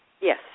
Yes